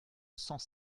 cent